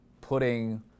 putting